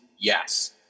Yes